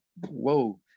Whoa